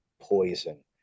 poison